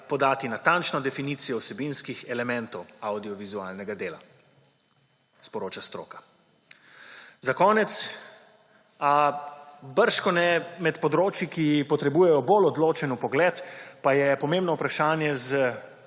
podati natančno deificirajo vsebinskih elementov avdiovizualnega dela, sporoča stroka. Za konec. Bržkone je med področji, ki potrebujejo bolj odločen vpogled, pomembno vprašanje z